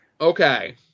Okay